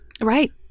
right